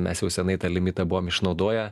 mes jau seniai tą limitą buvom išnaudoję